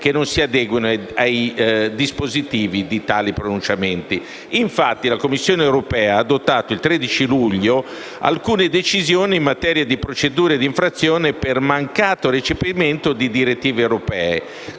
che non si adeguano ai dispositivi di tali pronunciamenti. Infatti, la Commissione europea ha adottato il 13 luglio 2017 alcune decisioni in materia di procedure di infrazione per mancato recepimento di direttive europee.